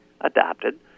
adopted